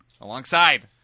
alongside